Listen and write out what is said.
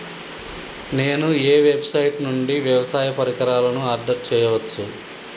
నేను ఏ వెబ్సైట్ నుండి వ్యవసాయ పరికరాలను ఆర్డర్ చేయవచ్చు?